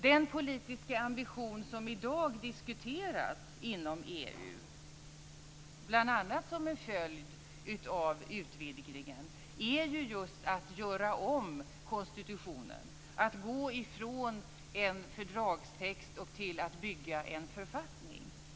Den politiska ambition som i dag diskuteras inom EU, bl.a. som en följd av utvidgningen, är ju just att göra om konstitutionen, att gå ifrån en fördragstext till att bygga en författning.